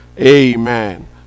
Amen